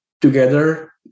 together